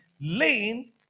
lane